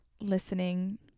listening